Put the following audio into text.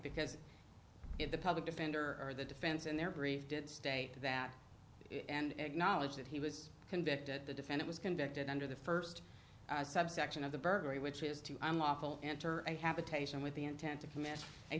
because if the public defender or the defense in their brief did state that and knowledge that he was convicted the defend it was convicted under the first subsection of the burglary which is to unlawful enter and habitation with the intent to commit a